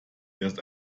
erst